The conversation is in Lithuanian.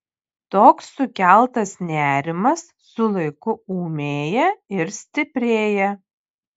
toks sukeltas nerimas su laiku ūmėja ir stiprėja